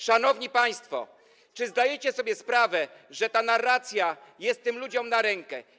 Szanowni państwo, czy zdajecie sobie sprawę z tego, że ta narracja jest tym ludziom na rękę?